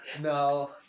No